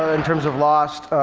in terms of lost,